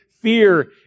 fear